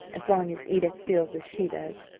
as long as edith feels as she does.